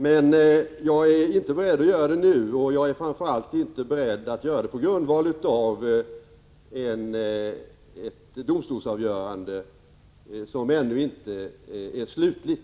Men jag är inte beredd att göra det nu, och jag är framför allt inte beredd att göra det på grundval av ett domstolsavgörande som ännu inte är slutligt.